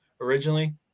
originally